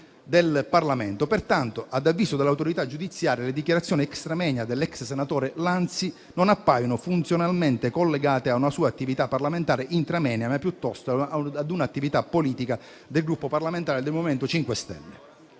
del Parlamento. Pertanto, ad avviso dell'autorità giudiziaria, le dichiarazioni *extra moenia* dell'ex senatore Lanzi non appaiono funzionalmente collegate a una sua attività parlamentare *intra moenia*, ma piuttosto ad un'attività politica del Gruppo parlamentare del MoVimento 5 Stelle.